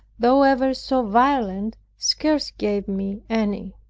though ever so violent, scarce gave me any.